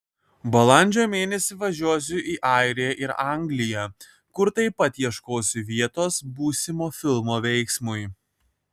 balandžio mėnesį važiuosiu į airiją ir angliją kur taip pat ieškosiu vietos būsimo filmo veiksmui